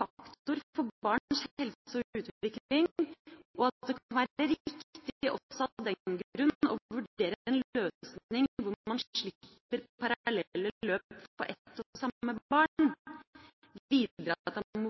faktor for barns helse og utvikling, og at det kan være riktig også av den grunn å vurdere en løsning hvor man slipper parallelle løp for ett og samme barn, og videre at det